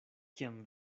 kiam